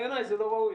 בעיניי לא ראוי.